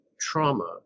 trauma